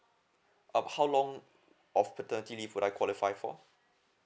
uh how long of paternity leave would I qualify for